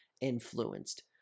influenced